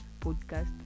podcast